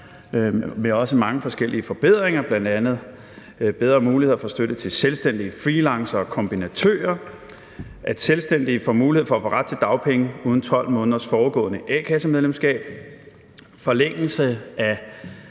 også mange forskellige forbedringer, bl.a. bedre muligheder for støtte til selvstændige freelancere og kombinatører, at selvstændige får mulighed for at få ret til dagpenge uden 12 måneders forudgående a-kassemedlemskab, en forlængelse af